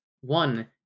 one